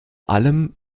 allem